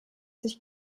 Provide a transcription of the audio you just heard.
sich